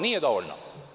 Nije dovoljno.